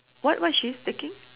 what what she is taking